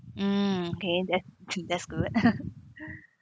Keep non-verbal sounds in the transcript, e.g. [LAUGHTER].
mm K that's that's good [LAUGHS]